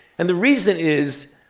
and the reason is,